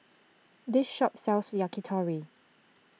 this shop sells Yakitori